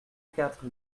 quatre